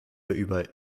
über